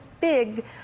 big